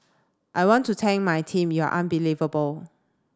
I want to thank my team you're unbelievable